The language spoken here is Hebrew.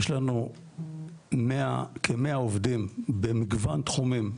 יש לנו כמאה עובדים במגוון תחומים,